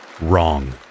Wrong